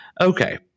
Okay